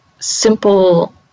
simple